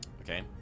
Okay